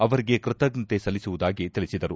ಅವರಿಗೆ ಕೃತಜ್ಞತೆ ಸಲ್ಲಿಸುವುದಾಗಿ ತಿಳಿಸಿದರು